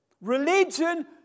Religion